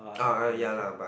ah ya la but